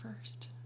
first